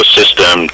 system